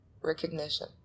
Recognition